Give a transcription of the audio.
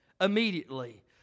immediately